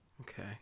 Okay